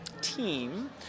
team